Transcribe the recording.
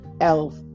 Elf